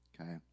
okay